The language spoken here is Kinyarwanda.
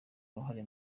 uruhare